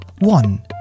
one